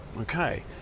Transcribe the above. Okay